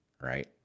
right